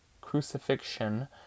crucifixion